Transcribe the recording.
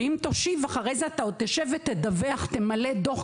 ואם יושיב אחרי זה תשב ותדווח על איך עשית ולמה עשית,